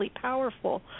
powerful